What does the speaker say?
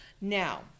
Now